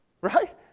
right